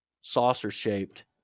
saucer-shaped